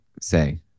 say